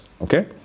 okay